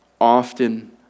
often